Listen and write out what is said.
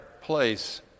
place